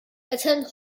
attend